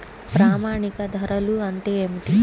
ప్రామాణిక ధరలు అంటే ఏమిటీ?